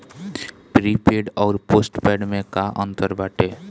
Prepaid अउर postpaid में का अंतर बाटे?